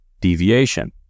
deviation